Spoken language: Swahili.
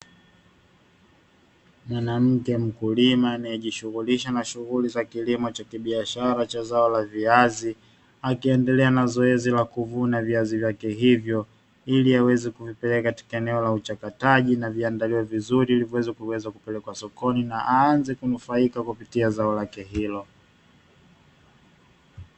Mwanamke mkulima anayejishughulisha shughuli za kilimo cha kibiashara cha zao la viazi, akiendelea na zoezi lake la kuvuna viazi vyake hivyo ili aweze kuvipeleka katika eneo la uchakataji, na viandalie vizuri ili viweze kupelekwa sokoni, na aanze kunufaika kupitia zao lake hilo.